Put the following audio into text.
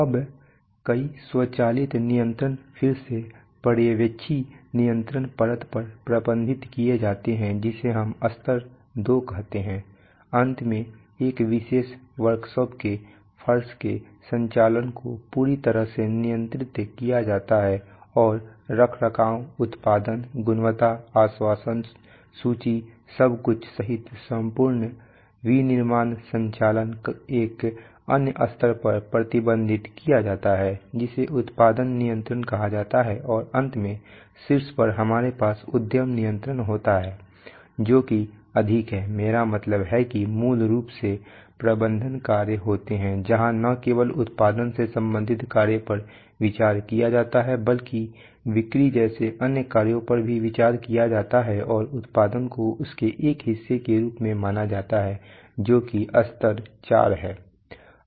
अब कई स्वचालित नियंत्रण फिर से पर्यवेक्षी नियंत्रण परत पर प्रबंधित किए जाते हैं जिसे हम स्तर 2 कहते हैं अंत में एक विशेष वर्कशाप के फर्श के संचालन को पूरी तरह से नियंत्रित किया जाता है और रखरखाव उत्पादन गुणवत्ता आश्वासन सूची सब कुछ सहित संपूर्ण विनिर्माण संचालन एक अन्य स्तर पर प्रबंधित किया जाता है जिसे उत्पादन नियंत्रण कहा जाता है और अंत में शीर्ष पर हमारे पास उद्यम नियंत्रण होता है जो कि अधिक है मेरा मतलब है कि मूल रूप से प्रबंधन कार्य होते हैं जहां न केवल उत्पादन से संबंधित कार्यों पर विचार किया जाता है बल्कि बिक्री जैसे अन्य कार्यों पर भी विचार किया जाता है और उत्पादन को इसके एक हिस्से के रूप में माना जाता है जो कि स्तर 4 है